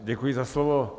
Děkuji za slovo.